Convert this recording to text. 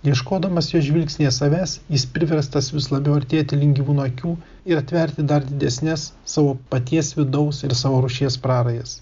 ieškodamas jo žvilgsnyje savęs jis priverstas vis labiau artėti link gyvūno akių ir atverti dar didesnes savo paties vidaus ir savo rūšies prarajas